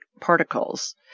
particles